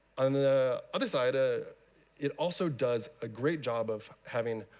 on the other side, ah it also does a great job of having